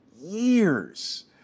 years